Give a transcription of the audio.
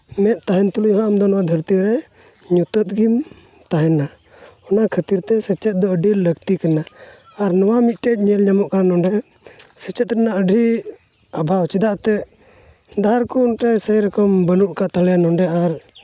ᱢᱮᱫ ᱛᱟᱦᱮᱱ ᱛᱩᱞᱩᱡ ᱦᱚᱸ ᱱᱚᱣᱟ ᱫᱷᱟᱹᱨᱛᱤ ᱨᱮ ᱧᱩᱛᱟᱹᱛ ᱜᱮᱢ ᱛᱟᱦᱮᱱᱟ ᱚᱱᱟ ᱠᱷᱟᱹᱛᱤᱨ ᱛᱮ ᱥᱮᱪᱮᱫ ᱫᱚ ᱟᱹᱰᱤ ᱞᱟᱹᱠᱛᱤ ᱠᱟᱱᱟ ᱟᱨ ᱱᱚᱣᱟ ᱢᱤᱫᱴᱮᱡ ᱧᱮᱞ ᱧᱟᱢᱚᱜ ᱠᱟᱱᱟ ᱱᱚᱰᱮ ᱥᱮᱪᱮᱫ ᱨᱮᱱᱟᱜ ᱟᱹᱰᱤ ᱚᱵᱷᱟᱵᱽ ᱪᱮᱫᱟᱜ ᱥᱮ ᱰᱟᱦᱟᱨ ᱠᱚ ᱚᱱᱛᱮ ᱥᱮᱨᱚᱠᱚᱢ ᱵᱟᱹᱱᱩᱜ ᱠᱟᱜ ᱛᱟᱞᱮᱭᱟ ᱱᱚᱰᱮ ᱟᱨ